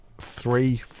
three